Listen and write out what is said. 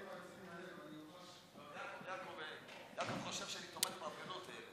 תודה רבה, חבר הכנסת טסלר.